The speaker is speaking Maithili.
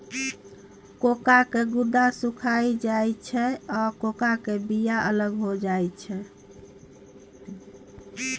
कोकोआ के गुद्दा सुइख जाइ छइ आ कोकोआ के बिया अलग हो जाइ छइ